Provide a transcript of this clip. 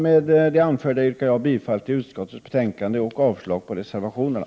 Med det anförda yrkar jag bifall till utskottets hemställan och avslag på reservationerna.